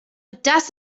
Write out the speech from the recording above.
das